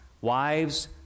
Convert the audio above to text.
Wives